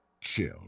Chill